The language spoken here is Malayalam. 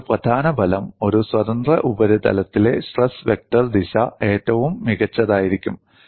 മറ്റൊരു പ്രധാന ഫലം ഒരു സ്വതന്ത്ര ഉപരിതലത്തിലെ സ്ട്രെസ് വെക്റ്റർ ദിശ ഏറ്റവും മികച്ചതായിരിക്കും